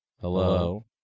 Hello